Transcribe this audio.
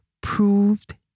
proved